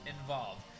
involved